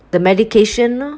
the medication lor